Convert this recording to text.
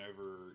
over